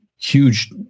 huge